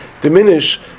diminish